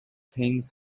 things